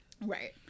Right